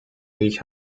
ich